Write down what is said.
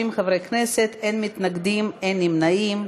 בעד, 30 חברי כנסת, אין מתנגדים, אין נמנעים.